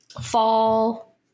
fall